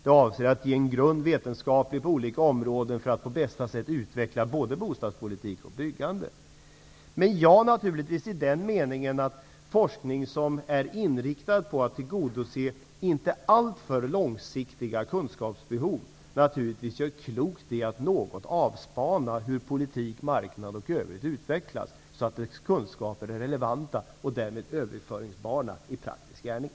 Den avser att ge en vetenskaplig grund på olika områden för att på bästa sätt utveckla både bostadspolitik och byggande. Ja i den meningen att forskning som är inriktad på att tillgodose inte alltför långsiktiga kunskapsbehov naturligtvis gör klokt i att något avspana hur politik, marknad och övrigt utvecklas, så att kunskaperna är relevanta och därmed överföringsbara i praktisk gärning.